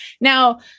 Now